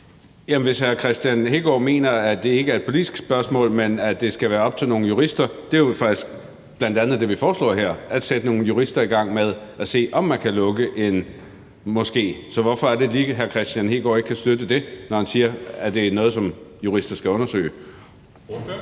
hvis hr. Kristian Hegaard mener, at det ikke er et politisk spørgsmål, men at det skal være op til nogle jurister, så er det jo faktisk bl.a. det, vi foreslår her, nemlig at sætte nogle jurister i gang med at se på, om man kan lukke en moské. Så hvorfor er det lige, at hr. Kristian Hegaard ikke kan støtte det, når han siger, at det er noget, som jurister skal undersøge? Kl.